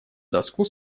доску